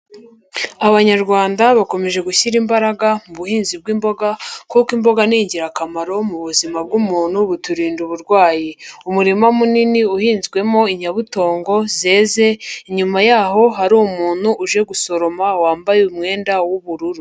Abanyarwanda bakomeje gushyira imbaraga mu buhinzi bw'imboga kuko imboga ni ingirakamaro mu buzima bw'umuntu buturinda uburwayi. Umurima munini uhinzwemo inyabutongo zeze inyuma yaho hari umuntu uje gusoroma wambaye umwenda w'ubururu.